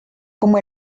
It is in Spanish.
como